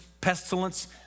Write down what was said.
pestilence